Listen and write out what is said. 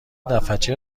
دفترچه